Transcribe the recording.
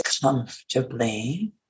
comfortably